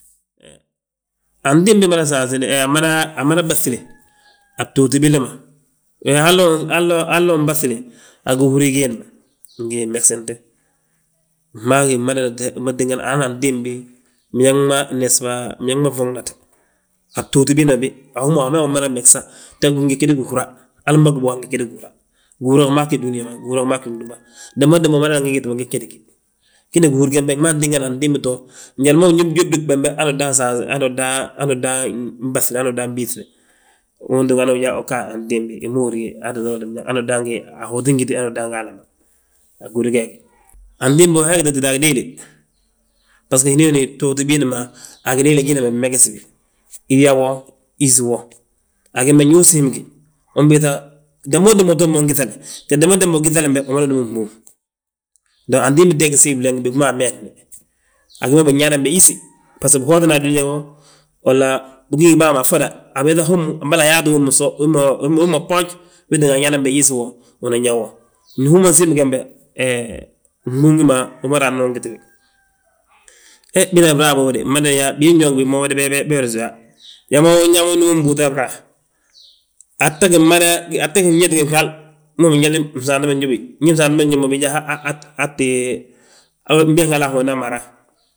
He antimbi mada sanse, he amada baŧile, a btooti billi ma. We halla, hallo unbaŧile, a gihúri giindi ma, ngi mmegsinte, gmaa gi mada, hana antimbi, biñaŋ ma nesba, biñaŋ ma fuuŋnate, a btooti biindi ma bi, a hú ma, awu ma umada megsa. Te gin gegegin gihúra, hali mbagi bów a gingegegin gihúra, gihúra gi maa ggí dúniyaa ma, gihúra gmaa ggi gdúba; Danbo danba umada gi gintin mo, gegedi gini gihúri gembe, gmaa ttínga antimbi to, njali ma unyódiyobdi gbembe hanu uu ddan sansena, hanu uu ddan baŧile, hanu uu ddan biŧilile. We tíngani hoga antimbi wi ma húri yaa, hanu uga antimbi hi ma húri yaa, aa tti toorat biñaŋ hanu uu ddangi a hotin giti hanu uu ddanga alama, a gi húri geegi. Antimbi he húri tita a gidéele, basgo hinooni btooti biindi ma, a gidéeli giindi ma binmegesi gi. Yaa wo yísi wo, a gembe ndu usiim gi, umbiiŧa damboo danba uton mo, ungíŧale, te danbodanba ugíŧalin be, umada númi fnbúŋ. Dong antimbi teeg siimble ngi bigi ma ameesni a gima binyaana bembe yísi, baso biwotina ad dúniyaa wo. Walla ugí ngi bàa ma a ffoda, a biiŧa hommu, bolo ayaate wommu bso, wii ma gboonj, wetinga uyaana be yísi wo unan yaa wo. Ndi hú ma nsiim gembe, hee, gbúŋ gi ma wi ma raa nan ungiti wi. He bina braa boobe nde, mmada yaa, biin yo ngi mo, be, be yori seyaa. Yaa mo we, uyaa mo unnúm mbúuta braa, aa tta gin mada, aa tta ginñiti gin hal, mma binyali fnsaante ma nyóbi. Ndi bsaanti ma ñób mo, binyaa ha, ha, aa tti, wo mbiin hala ahondi maa rraa.